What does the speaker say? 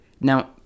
Now